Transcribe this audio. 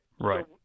Right